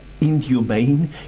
inhumane